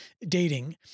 dating